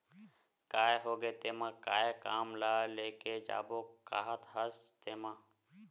काय होगे तेमा काय काम ल लेके जाबो काहत हस तेंमा?